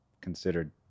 considered